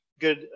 good